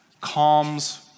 calms